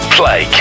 play